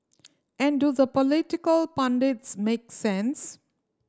and do the political pundits make sense